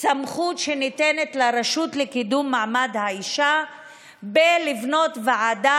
סמכות שניתנת לרשות לקידום מעמד האישה לבנות ועדה